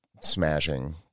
smashing